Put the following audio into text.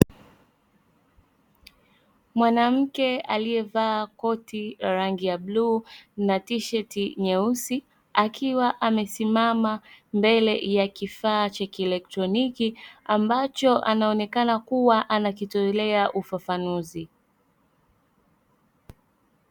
Mwanamke aliyevaa koti la rangi ya bluu na tisheti nyeusi, akiwa amesimama mbele ya kifaa cha kielektroniki ambacho anaonekana kuwa anakitolea ufafanuzi.